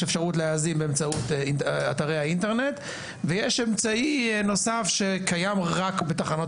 יש אמצעות להאזין באמצעות אתרי האינטרנט ויש אמצעי נוסף שקיים רק בתחנות